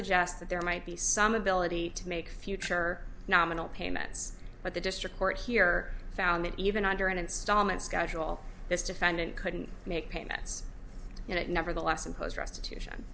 that there might be some ability to make future nominal payments but the district court here found that even under an installment schedule this defendant couldn't make payments yet nevertheless imposed restitution